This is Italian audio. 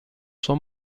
sua